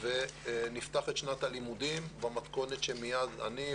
ונפתח את שנת הלימודים במתכונת שמיד אני,